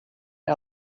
and